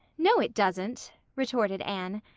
no, it doesn't, retorted anne.